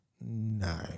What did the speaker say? no